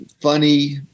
funny